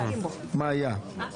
מה היה?